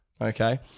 okay